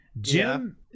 Jim